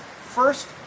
first